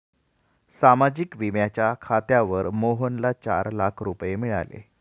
सामाजिक विम्याच्या खात्यावर मोहनला चार लाख रुपये मिळाले